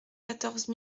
quatorze